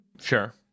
Sure